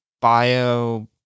bio